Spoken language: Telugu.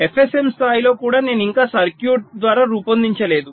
FSM స్థాయిలో కూడా నేను ఇంకా సర్క్యూట్ ద్వారా రూపొందించలేదు